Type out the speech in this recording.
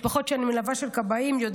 משפחות של כבאים שאני מלווה,